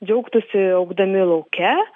džiaugtųsi augdami lauke